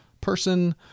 person